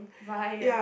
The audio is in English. right ya